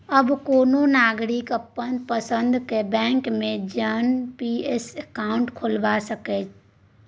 आब कोनो नागरिक अपन पसंदक बैंक मे जा एन.पी.एस अकाउंट खोलबा सकैए